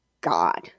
God